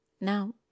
Now